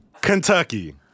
Kentucky